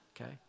okay